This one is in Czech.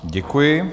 Děkuji.